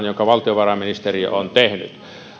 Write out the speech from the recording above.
jonka valtiovarainministeriö on tehnyt